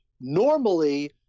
Normally